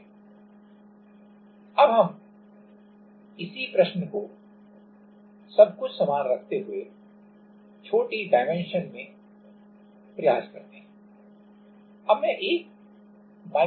block तैरेगा अब हम उसी प्रश्न को सब कुछ समान रखते हुएछोटी डाइमेंशन में प्रयास करते हैं